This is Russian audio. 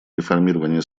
реформирования